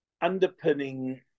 Underpinning